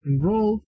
enrolled